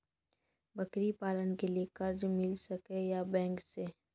बकरी पालन के लिए कर्ज मिल सके या बैंक से?